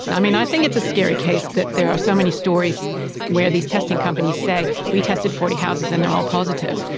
and i mean i think it's a scary case that there are so many stories where these testing companies say we tested forty houses and they're all positive.